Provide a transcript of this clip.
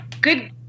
Good